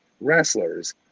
wrestlers